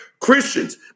Christians